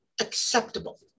acceptable